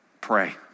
pray